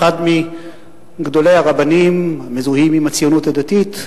אחד מגדולי הרבנים המזוהים עם הציונות הדתית,